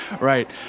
right